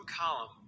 column